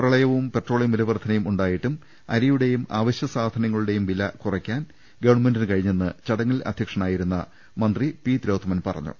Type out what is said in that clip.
പ്രളയവും petroleum വില വർദ്ധനയും ഉണ്ടായിട്ടും അരിയുടെയും അവശൃ സാധനങ്ങളു ടെയും വില കുറയ്ക്കാൻ ഗവൺമെന്റിന് കഴിഞ്ഞെന്ന് ചടങ്ങിൽ അധ്യക്ഷ നായിരുന്ന മന്ത്രി പി തിലോത്തമൻ പറഞ്ഞു